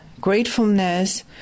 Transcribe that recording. Gratefulness